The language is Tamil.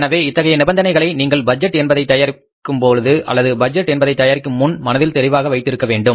எனவே இத்தகைய நிபந்தனைகளை நீங்கள் பட்ஜெட் என்பதை தயாரிக்கும் பொழுது அல்லது பட்ஜெட் என்பதை தயாரிப்பதற்கு முன் மனதில் தெளிவாக வைத்திருக்க வேண்டும்